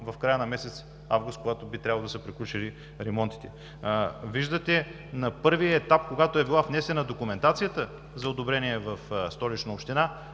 в края на месец август, когато би трябвало да са приключили ремонтите. Виждате първия етап, когато е била внесена документацията за одобрение в Столична община.